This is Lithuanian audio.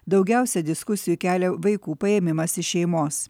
daugiausia diskusijų kelia vaikų paėmimas iš šeimos